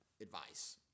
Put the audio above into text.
advice